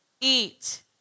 eat